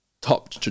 top